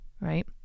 right